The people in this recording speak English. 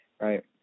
right